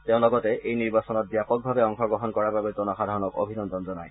তেওঁ লগতে এই নিৰ্বাচনত ব্যাপকভাৱে অংশগ্ৰহণ কৰাৰ বাবে জনসাধাৰণক অভিনন্দন জনায়